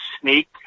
sneak